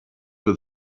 will